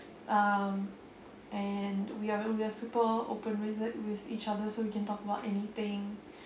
um and we are we are super open with it with each other so we can talk about anything